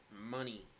money